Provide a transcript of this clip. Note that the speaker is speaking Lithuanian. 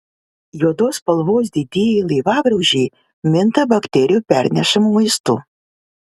juodos spalvos didieji laivagraužiai minta bakterijų pernešamu maistu